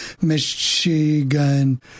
Michigan